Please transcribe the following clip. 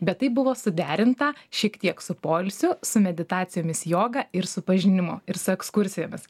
bet tai buvo suderinta šiek tiek su poilsiu su meditacijomis joga ir su pažinimu ir su ekskursijomis